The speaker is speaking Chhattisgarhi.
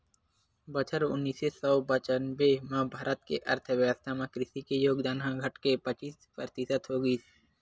बछर उन्नीस सौ पंचानबे म भारत के अर्थबेवस्था म कृषि के योगदान ह घटके पचीस परतिसत हो गिस